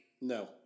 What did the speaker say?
No